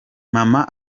mama